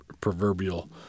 proverbial